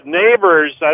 neighbors